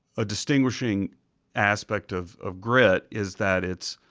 a distinguishing aspect of of grit is that it